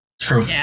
True